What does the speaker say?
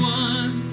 one